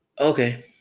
Okay